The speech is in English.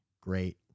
great